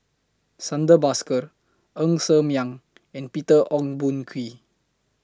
Santha Bhaskar Ng Ser Miang and Peter Ong Boon Kwee